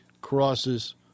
crosses